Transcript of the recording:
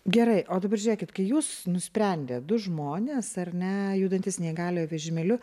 gerai o dabar žiūrėkit kai jūs nusprendėt du žmonės ar ne judantys neįgaliojo vežimėliu